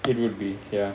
it would be ya